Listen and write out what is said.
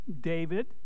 David